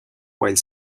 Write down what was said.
while